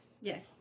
Yes